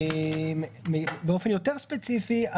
באופן יותר ספציפי,